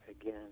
again